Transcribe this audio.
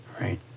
right